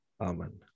Amen